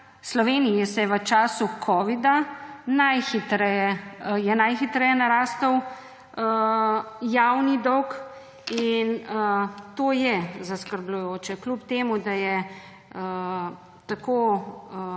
Sloveniji je v času covida najhitreje narastel javni dolg. To je zaskrbljujoče, kljub temu da je tako